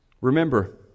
remember